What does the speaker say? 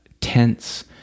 tense